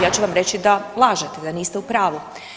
Ja ću vam reći da lažete, da niste u pravu.